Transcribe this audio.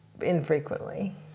infrequently